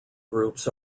groups